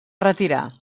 retirar